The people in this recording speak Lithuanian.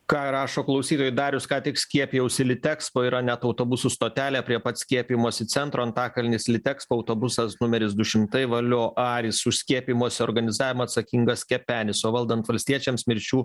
ką rašo klausytojai darius ką tik skiepijausi litekspo yra net autobusų stotelė prie pat skiepijimosi centro antakalnis litekspo autobusas numeris du šimtai valio aris už skiepyjimosi organizavimą atsakingas kepenis o valdant valstiečiams mirčių